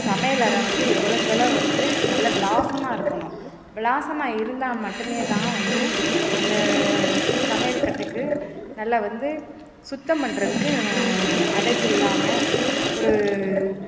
சமையல் அறை வந்து எவ்வளவுக்கெவ்வளோ வந்து நல்ல விலாசமாக இருக்கணும் விலாசமாக இருந்தால் மட்டுமே தான் வந்து அந்த சமையல் கட்டுக்கு நல்ல வந்து சுத்தம் பண்ணுறதுக்கு அடைப்பில்லாமல் ஒரு